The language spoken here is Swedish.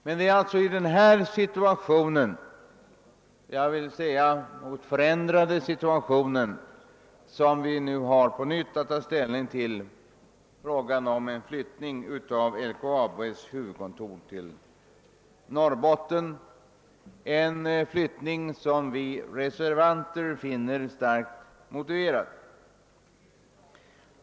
Det är alltså i denna situation — jag vill säga förändrade situation — som vi har att på nytt ta ställning till frågan om en flyttning av LKAB:s huvudkontor till Norrbotten, en flyttning som vi reservanter finner starkt motiverad.